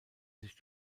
sich